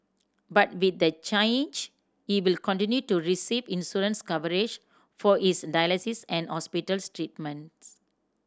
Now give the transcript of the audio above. but with the change he will continue to receive insurance coverage for his dialysis and hospital treatments